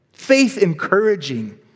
faith-encouraging